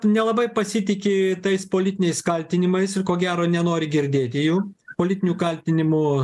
nelabai pasitiki tais politiniais kaltinimais ir ko gero nenori girdėti jų politinių kaltinimų